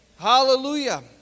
Hallelujah